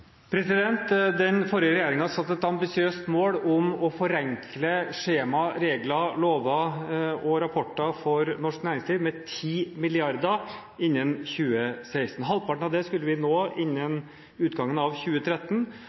Den forrige regjeringen satte et ambisiøst mål om å forenkle skjemaer, regler, lover og rapporter for norsk næringsliv med 10 mrd. kr innen 2016. Halvparten av det skulle vi nå innen utgangen av 2013,